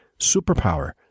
superpower